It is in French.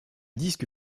disque